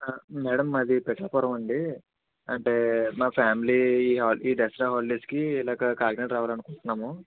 madam మాది పిఠాపురం అండి అంటే మా ఫ్యామిలీ ఈ హాలిడే ఈ దసరా హాలిడేస్ కి ఇలా కాకినాడ రావాలనుకుంటున్నాము